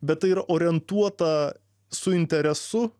bet tai yra orientuota su interesu